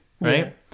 right